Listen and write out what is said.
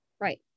Right